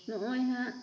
ᱱᱚᱜᱼᱚᱭ ᱦᱟᱸᱜ